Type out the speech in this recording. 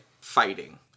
fighting